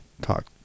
Talk